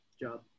job